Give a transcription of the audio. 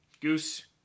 Goose